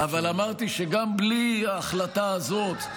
אבל אמרתי שגם בלי ההחלטה הזאת,